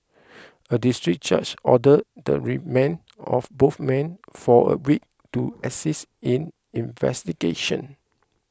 a District Judge ordered the remand of both men for a week to assist in investigation